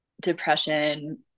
depression